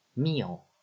Meal